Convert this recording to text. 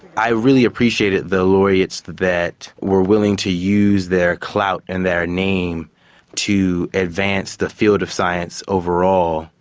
i really appreciated the laureates that were willing to use their clout and their name to advance the field of science overall,